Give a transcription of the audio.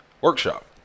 workshop